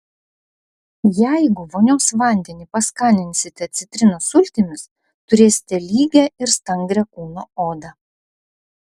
jeigu vonios vandenį paskaninsite citrinos sultimis turėsite lygią ir stangrią kūno odą